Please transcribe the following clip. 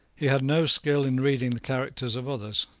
he had no skill in reading the characters of others.